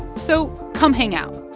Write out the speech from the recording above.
so come hang out,